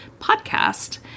podcast